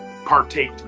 partake